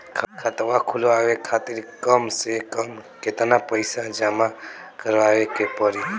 खाता खुलवाये खातिर कम से कम केतना पईसा जमा काराये के पड़ी?